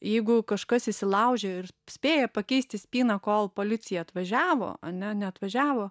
jeigu kažkas įsilaužė ir spėjo pakeisti spyną kol policija atvažiavo ane neatvažiavo